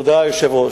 תודה, היושב-ראש.